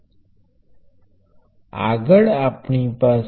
તે પ્રવાહ દ્વારા નિયંત્રિત છે